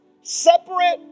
separate